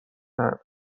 دهند